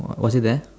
was was it there